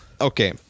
Okay